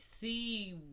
see